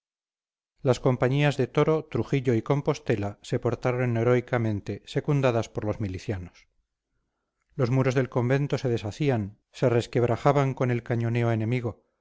las compañías de toro trujillo y compostela se portaron heroicamente secundadas por los milicianos los muros del convento se deshacían se resquebrajaban con el cañoneo enemigo